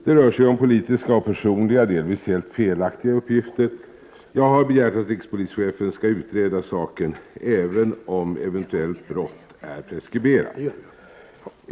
Det rör sig om politiska och personliga — delvis helt felaktiga — uppgifter. Jag har begärt att rikspolischefen skall utreda saken, även om eventuellt brott är preskriberat.